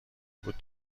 بود